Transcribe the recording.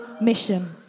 mission